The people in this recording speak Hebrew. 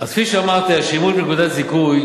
אז כפי שאמרתי, השימוש בנקודות זיכוי